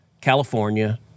California